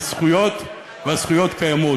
בזכויות, והזכויות קיימות.